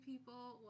people